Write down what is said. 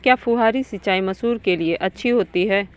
क्या फुहारी सिंचाई मसूर के लिए अच्छी होती है?